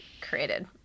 created